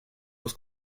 los